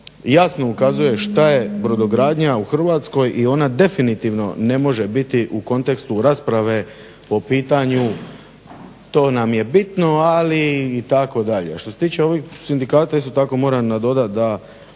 apsolutno ukazuje šta je brodogradnja u Hrvatskoj i ona definitivno ne može biti u kontekstu rasprave po pitanju to nam je bitno, ali itd. A što se tiče ovih sindikata isto tako moram nadodati da